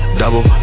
double